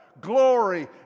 Glory